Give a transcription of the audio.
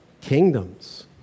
kingdoms